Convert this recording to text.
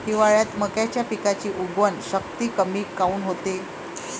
हिवाळ्यात मक्याच्या पिकाची उगवन शक्ती कमी काऊन होते?